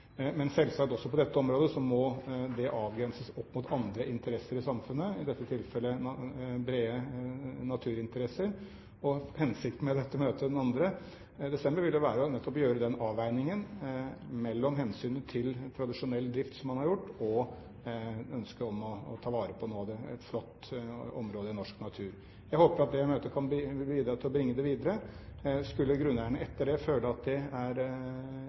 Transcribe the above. Men selvsagt også på dette området må det avgrenses opp mot andre interesser i samfunnet, i dette tilfellet brede naturinteresser. Hensikten med dette møtet den 2. desember ville nettopp være å gjøre den avveiningen mellom hensynet til tradisjonell drift som man har gjort, og ønsket om å ta vare på et flott område i norsk natur. Jeg håper at det møtet kan bidra til å bringe det videre. Skulle grunneierne etter det føle at de ikke er